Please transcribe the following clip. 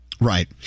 Right